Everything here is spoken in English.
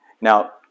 Now